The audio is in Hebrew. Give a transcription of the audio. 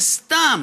זה סתם.